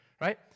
right